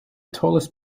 tallest